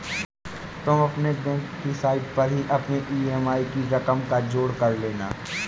तुम अपने बैंक की साइट पर ही अपने ई.एम.आई की रकम का जोड़ कर लेना